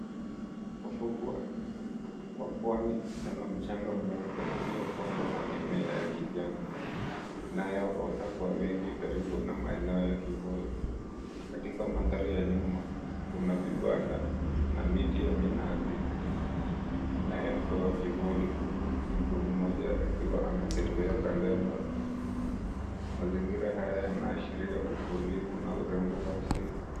Ufukwe wa pwani una mchanga mweupe uliopampwa na mimea ya kijani, inayoota kwa wingi karibu na maeneo ya kivuli. Katika mandhari ya nyuma, kuna vibanda na miti ya minazi inayotoa kivuli. Huku mtu mmoja akiwa anatembea kando ya bahari. Mazingira haya yanaashiria utulivu na urembo wa asili.